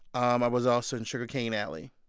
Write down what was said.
um i was also in sugar cane alley,